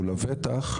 ולבטח,